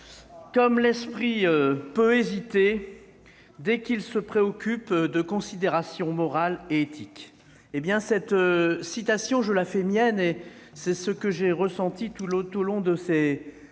Comme l'esprit peut hésiter dès qu'il se préoccupe de considérations morales ou éthiques !» Cette citation, je la fais mienne, car c'est ce que j'ai ressenti tout au long